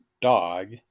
dog